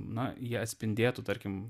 na jie atspindėtų tarkim